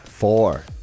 Four